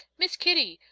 miss kitty,